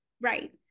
Right